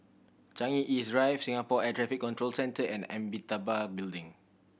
Changi East Drive Singapore Air Traffic Control Centre and Amitabha Building